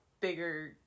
bigger